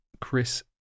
Chris